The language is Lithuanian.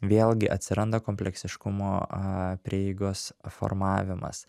vėlgi atsiranda kompleksiškumo prieigos formavimas